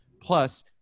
Plus